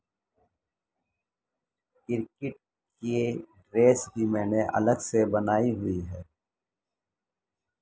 cricket کے dress بھی میں نے الگ سے بنائی ہوئی ہے